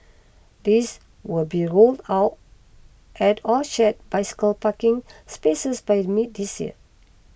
these will be rolled out at all shared bicycle parking spaces by mid this year